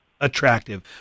attractive